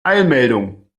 eilmeldung